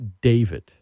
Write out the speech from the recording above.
David